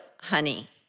Honey